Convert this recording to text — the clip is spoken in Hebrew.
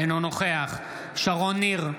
אינו נוכח שרון ניר,